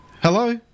Hello